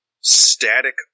static